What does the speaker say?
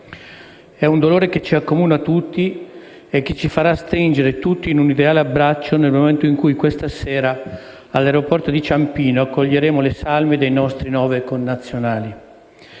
È un dolore che ci accomuna tutti e che ci farà stringere tutti in un ideale abbraccio nel momento in cui questa sera, all'aeroporto di Ciampino, accoglieremo le salme dei nostri nove connazionali.